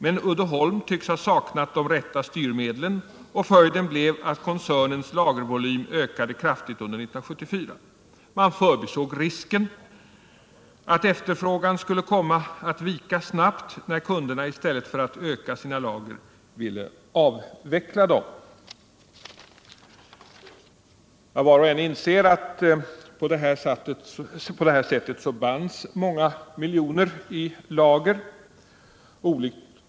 Men Uddeholm tycks ha saknat de rätta styrmedlen och följden blev att koncernens lagervolym ökade kraftigt under 1974. Man förbisåg risken att efterfrågan skulle komma att vika snabbt när kunderna i stället för att öka sina lager ville avveckla dem.” Var och en inser att på detta sätt bands många miljoner i lager.